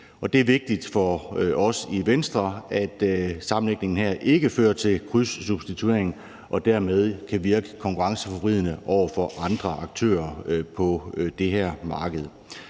det er vigtigt for os i Venstre, at sammenlægningen her ikke fører til krydssubsidiering og dermed kan virke konkurrenceforvridende over for andre aktører på det her marked.